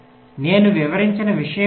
నేను వివరించిన విషయం అదే